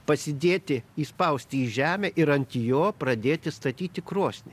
pasidėti įspausti į žemę ir ant jo pradėti statyti krosnį